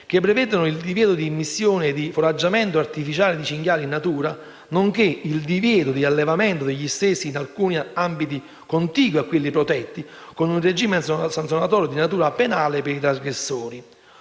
che prevedono il divieto di immissione e foraggiamento artificiale di cinghiali in natura, nonché il divieto di allevamento degli stessi in alcuni ambiti contigui a quelli protetti, con un regime sanzionatorio di natura penale per i trasgressori.